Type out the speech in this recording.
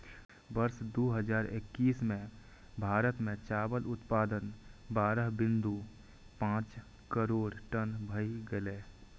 वर्ष दू हजार एक्कैस मे भारत मे चावल उत्पादन बारह बिंदु पांच करोड़ टन भए गेलै